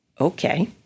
Okay